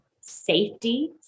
safety